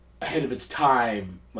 ahead-of-its-time